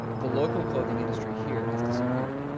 the local clothing industry here has disappeared.